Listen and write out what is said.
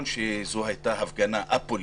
שזו הייתה הפגנה א-פוליטית,